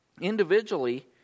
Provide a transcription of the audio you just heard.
Individually